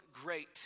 great